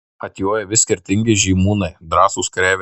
atjoja vis skirtingi žymūnai drąsūs kareiviai